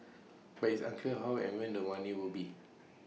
but it's unclear how and when the money will be